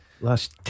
Last